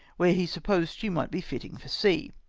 where he supposed she might be fitting for sea.